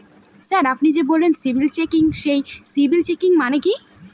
Sir আপনি যে বললেন সিবিল চেকিং সেই সিবিল চেকিং মানে কি?